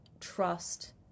trust